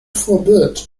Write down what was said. forbid